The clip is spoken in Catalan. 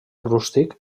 rústic